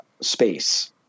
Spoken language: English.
space